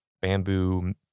bamboo